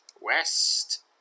West